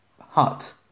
hut